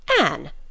Anne